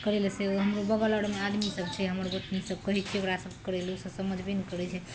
करय लए सेहो हमरो बगल अरमे आदमी सब छै हमर गोतनी सब कहय छियै ओकरा सबके करय लए उ सब समझबे नहि करय छै